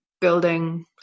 building